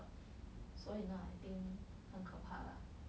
所以呢 I think 很可怕 lah